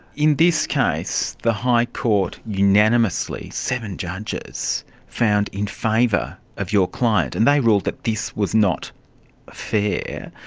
in this case the high court unanimously, seven judges, found in favour of your client, and they ruled that this was not fair.